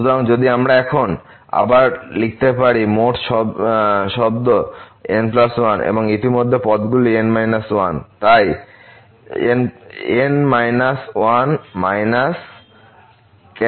সুতরাং যদি আমরা এখন আবার লিখতে পারি মোট শব্দ n1 এবং ইতিমধ্যে এই পদগুলি হল n 1 তাই n1